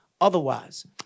otherwise